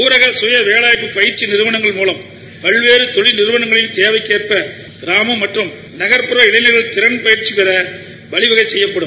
ஊரக சுய வேலைவாய்ப்பு பயிற்சி நிறுவனங்கள் மூலம் பல்வேறு தொழில் நிறுவனங்களின் தேவைக்கு எற்ப கிராம மற்றும் நகர்ப்புற இளைஞர்கள் திறன் பயிற்சி பெற வழிவகை செய்யப்படும்